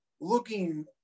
looking